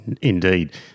Indeed